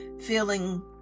Feeling